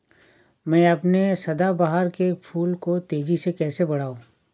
मैं अपने सदाबहार के फूल को तेजी से कैसे बढाऊं?